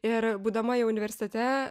ir būdama jau universitete